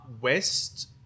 west